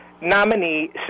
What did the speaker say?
nominee